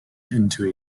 into